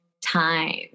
time